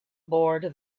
bored